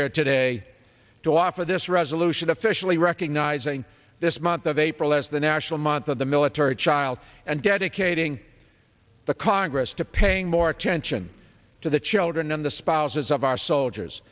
air today to offer this resolution officially recognizing this month of april as the national month of the military child and dedicated the congress to paying more attention to the children and the spouses of our soldiers